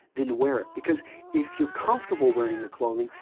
then wear it because if you're comfortable wearing the clothing,